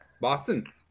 Boston